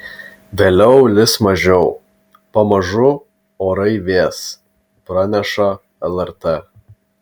vėliau lis mažiau pamažu orai vės praneša lrt